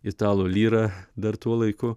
italų lyra dar tuo laiku